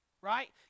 Right